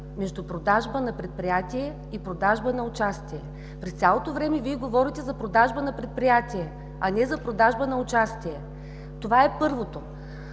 между продажба на предприятие и продажба на участие. През цялото време Вие говорите за продажба на предприятие, а не за продажба на участие. Това е първото.